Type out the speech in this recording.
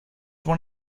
one